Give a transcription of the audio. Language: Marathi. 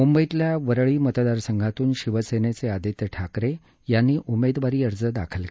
मुंबईतल्या वरळी मतदारसंघातून शिवसेनेचे आदित्य ठाकरे यांनी उमेदवारी अर्ज दाखल केला